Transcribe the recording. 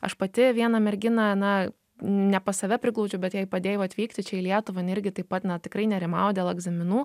aš pati vieną merginą na ne pas save priglaudžiau bet jai padėjau atvykti čia į lietuvą jinai irgi taip pat na tikrai nerimavo dėl egzaminų